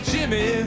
Jimmy